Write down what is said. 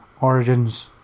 Origins